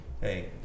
hey